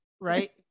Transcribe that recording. Right